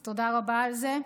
אז תודה רבה על זה.